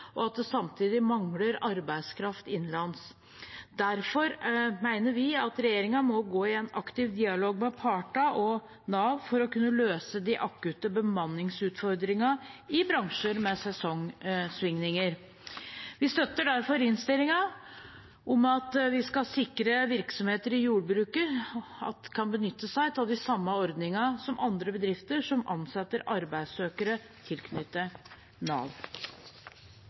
og at det samtidig mangler arbeidskraft innenlands. Derfor mener vi at regjeringen må gå i en aktiv dialog med partene og Nav for å kunne løse de akutte bemanningsutfordringene i bransjer med sesongsvingninger. Vi støtter derfor innstillingen om at vi skal sikre at virksomheter i jordbruket kan benytte seg av de samme ordningene som andre bedrifter som ansetter arbeidssøkere som er tilknyttet Nav.